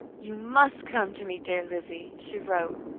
you must come to me, dear lizzie, she wrote.